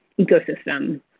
ecosystem